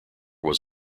was